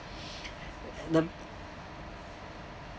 the